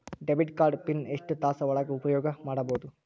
Debit card pin ಎಷ್ಟ ತಾಸ ಒಳಗ ಉಪಯೋಗ ಮಾಡ್ಬಹುದು?